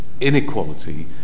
inequality